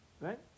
right